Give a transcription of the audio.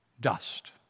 dust